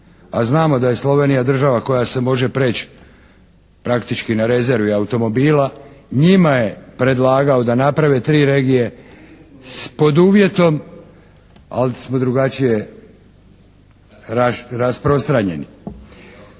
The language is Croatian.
A znamo da je Slovenija država koja se može preći praktički na rezervi automobila. Njima je predlagao da naprave 3 regije s, pod uvjetom, ali smo drugačije rasprostranjeni.